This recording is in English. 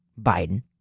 Biden